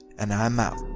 and i'm out!